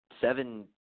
seven